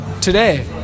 today